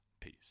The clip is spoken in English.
Peace